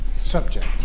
subject